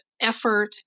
effort